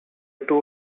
two